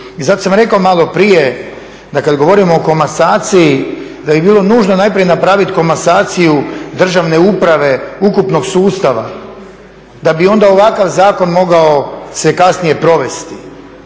zato sam rekao maloprije da kad govorimo o komasaciji da bi bilo nužno najprije napravit komasaciju državne uprave, ukupnog sustava, da bi onda ovakav zakon mogao se kasnije provesti.